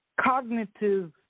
cognitive